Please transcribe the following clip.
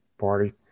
party